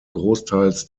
großteils